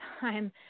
time